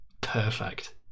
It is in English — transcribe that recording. perfect